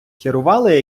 керували